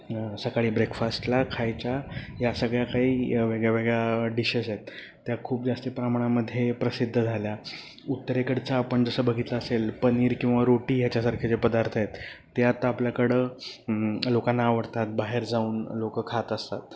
सकाळी ब्रेकफास्टला खायच्या या सगळ्या काही वेगळ्या वेगळ्या डिशेस आहेत त्या खूप जास्त प्रमाणामध्ये प्रसिद्ध झाल्या उत्तरेकडचं आपण जसं बघितलं असेल पनीर किंवा रोटी ह्याच्यासारखे जे पदार्थ आहेत ते आता आपल्याकडं लोकांना आवडतात बाहेर जाऊन लोकं खात असतात